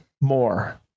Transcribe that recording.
More